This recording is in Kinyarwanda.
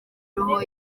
roho